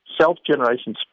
self-generation